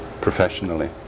professionally